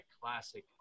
classic